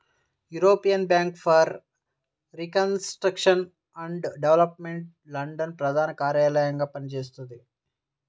European bank for reconstruction and development London ప్రధాన కార్యాలయంగా పనిచేస్తున్నది